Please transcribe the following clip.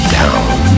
down